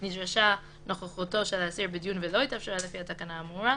נדרשה נוכחותו של האסיר בדיון ולא התאפשרה לפי התקנה האמורה,